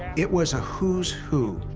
it was a who's who